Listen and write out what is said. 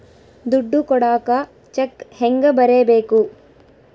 ದುಡ್ಡು ಕೊಡಾಕ ಚೆಕ್ ಹೆಂಗ ಬರೇಬೇಕು?